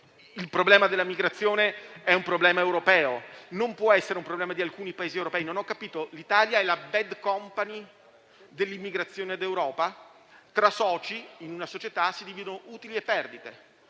Il problema della migrazione è un problema europeo, non può essere un problema di alcuni Paesi europei: l'Italia è forse la *bad* *company* dell'immigrazione d'Europa? Tra soci, in una società, si dividono utili e perdite,